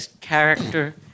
character